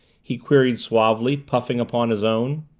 he queried suavely, puffing upon his own.